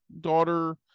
daughter